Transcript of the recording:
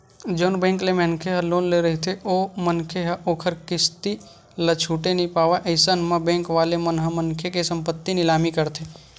जउन बेंक ले मनखे ह लोन ले रहिथे ओ मनखे ह ओखर किस्ती ल छूटे नइ पावय अइसन म बेंक वाले मन ह मनखे के संपत्ति निलामी करथे